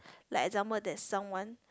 like example there is someone